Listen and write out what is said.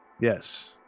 Yes